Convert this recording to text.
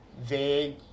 vague